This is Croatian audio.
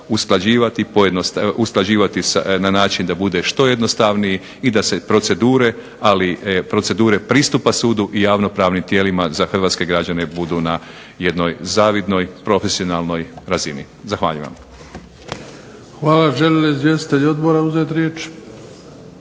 usklađivati na način da bude što jednostavniji i da se procedure, ali procedure pristupa sudu i javnopravnim tijelima za hrvatske građane budu na jednoj zavidnoj profesionalnoj razini. Zahvaljujem